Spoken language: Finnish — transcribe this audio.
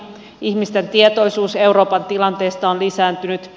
ihmisten tietoisuus euroopan tilanteesta on lisääntynyt